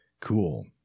Cool